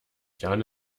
jahren